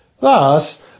Thus